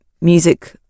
music